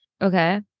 okay